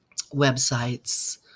websites